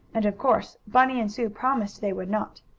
and of course bunny and sue promised they would not.